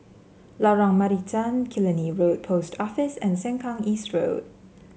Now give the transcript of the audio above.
Lorong Marican Killiney Road Post Office and Sengkang East Road